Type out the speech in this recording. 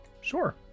Sure